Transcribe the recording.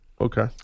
Okay